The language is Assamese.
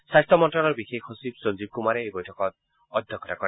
স্বাস্থ্য মন্ত্যালয়ৰ বিশেষ সচিব সঞ্জীৱ কুমাৰে এই বৈঠকত অধ্যক্ষতা কৰে